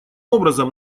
образом